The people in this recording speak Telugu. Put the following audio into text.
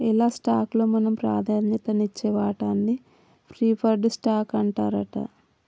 ఎలా స్టాక్ లో మనం ప్రాధాన్యత నిచ్చే వాటాన్ని ప్రిఫర్డ్ స్టాక్ అంటారట